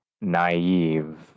naive